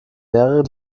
mehrere